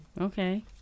Okay